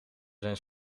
zijn